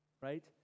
right